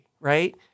right